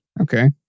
Okay